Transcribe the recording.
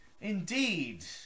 Indeed